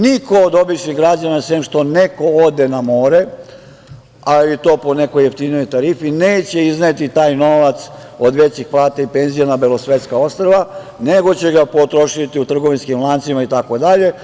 Niko od običnih građana, sem što neko ode na more, ali to po nekoj jeftinijoj tarifi, neće izneti taj novac od većih plata i penzija na belosvetska ostrva, nego će ga potrošiti u trgovinskim lancima itd.